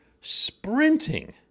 sprinting